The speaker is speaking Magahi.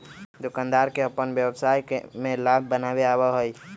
दुकानदार के अपन व्यवसाय में लाभ बनावे आवा हई